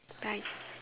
bye